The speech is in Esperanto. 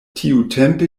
tiutempe